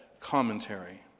commentary